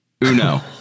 Uno